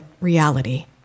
reality